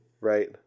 Right